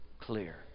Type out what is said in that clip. clear